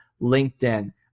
LinkedIn